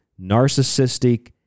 narcissistic